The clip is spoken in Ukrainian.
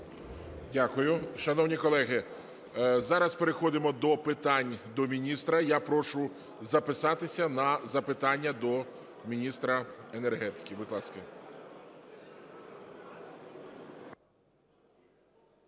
Дякую. Шановні колеги, зараз переходимо до питань до міністра. Я прошу записатися на запитання до міністра енергетики. Будь ласка.